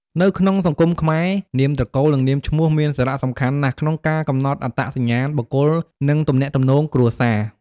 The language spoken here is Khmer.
នៅក្នុងសង្គមខ្មែរ នាមត្រកូល និង នាមឈ្មោះ មានសារៈសំខាន់ណាស់ក្នុងការកំណត់អត្តសញ្ញាណបុគ្គល និង ទំនាក់ទំនងគ្រួសារ។